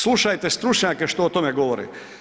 Slušajte stručnjake što o tome govore.